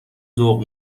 ذوق